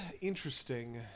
interesting